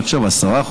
אני חושב 10%,